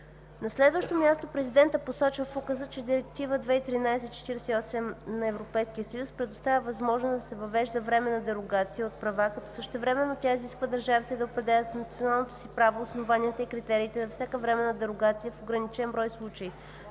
На следващо място Президентът посочва в Указа, че Директива 2013/48/ЕС предоставя възможност да се въвежда временна дерогация от правата, като същевременно тя изисква държавите да определят в националното си право основанията и критериите за всяка временна дерогация в ограничен брой случаи